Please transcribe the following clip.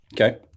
Okay